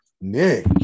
Nick